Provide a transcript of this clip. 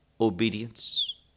obedience